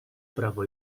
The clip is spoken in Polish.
prawo